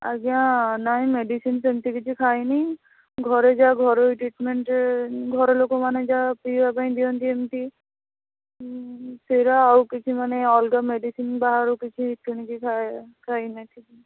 ଆଜ୍ଞା ନାଇଁ ମେଡ଼ିସିନ୍ ସେମିତି କିଛି ଖାଇନି ଘରେ ଯାହା ଘରୋଇ ଟ୍ରିଟମେଣ୍ଟ ଘର ଲୋକମାନେ ଯାହା ପିଇବା ପାଇଁ ଦିଅନ୍ତି ଏମିତି ଆଉ କିଛି ମାନେ ଅଲଗା ମେଡ଼ିସିନ୍ ବାହାରୁ କିଛି କିଣିକି ଖାଇନଥିଲି